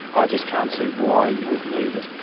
i just can't see why you would need it,